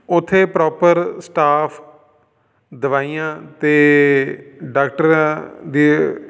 ਉੱਥੇ proper staff ਦਵਾਈਆਂ ਅਤੇ ਡਾਕਟਰਾਂ ਦੀ